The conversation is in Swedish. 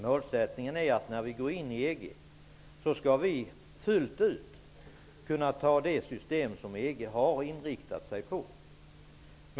Målsättningen är att vi när vi går in i EG fullt ut skall kunna anta det system som EG har inriktat sig på.